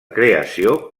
creació